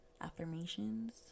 affirmations